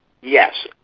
Yes